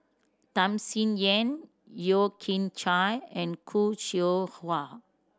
Tham Sien Yen Yeo Kian Chai and Khoo Seow Hwa